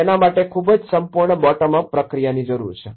તેના માટે ખૂબ જ સંપૂર્ણ બોટમ અપ પ્રક્રિયાની જરૂર છે